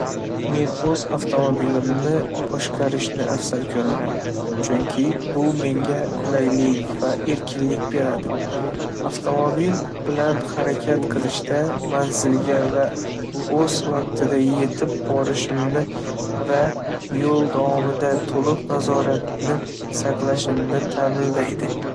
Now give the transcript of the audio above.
﻿Men oʻz avtomobilimni boshqarishni afsal koʻraman. Chunki bu menga qulaylik va erkinlik beradi. Avtomobil bilan harakat qilishda, manzilga va oʻz vaqtida yetib borishimni va yoʻl davomida to'liq nazoratni saqlashimni taʼminlaydi.